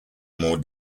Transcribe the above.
more